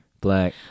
black